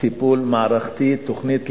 טיפול מערכתי, תוכנית לאומית,